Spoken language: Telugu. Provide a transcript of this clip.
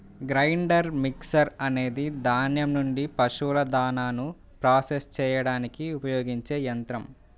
గ్రైండర్ మిక్సర్ అనేది ధాన్యం నుండి పశువుల దాణాను ప్రాసెస్ చేయడానికి ఉపయోగించే యంత్రం